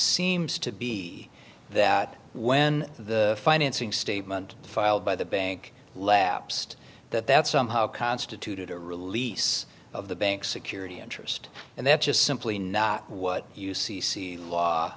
seems to be that when the financing statement filed by the bank lapsed that that somehow constituted a release of the bank security interest and that just simply not what you see see law